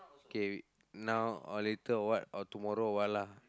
K now or later or what or tomorrow or what lah